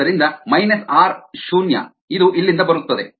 ಆದ್ದರಿಂದ minus r ಶೂನ್ಯ ಇದು ಇಲ್ಲಿಂದ ಬರುತ್ತದೆ